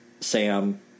Sam